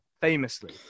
famously